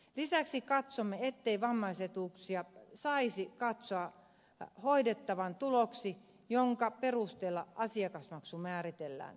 lisäksi katsomme ettei vammaisetuuksia saisi katsoa hoidettavan tuloksi jonka perusteella asiakasmaksu määritellään